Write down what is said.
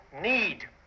need